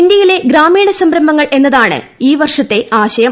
ഇന്ത്യയിലെ ഗ്രാമീണ സംരംഭങ്ങൾ എന്നതാണ് ഈ വർഷത്തെ ആശയം